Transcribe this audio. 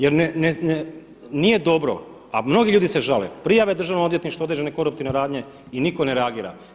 Jer nije dobro, a mnogi ljudi se žale prijave Državnom odvjetništvu određene koruptivne radnje i nitko ne reagira.